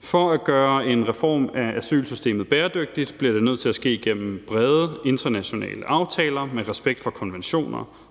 For at gøre en reform af asylsystemet bæredygtigt, bliver det nødt til at ske igennem brede internationale aftaler med respekt for konventioner